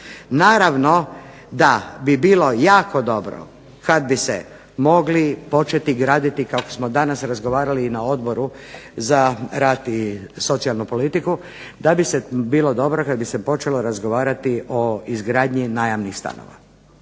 Naravno da bi bilo jako dobro kad bi se mogli početi graditi kako smo danas razgovarali i na Odboru za rad i socijalnu politiku, da bi se bilo dobro kad bi se počelo razgovarati o izgradnji najamnih stanova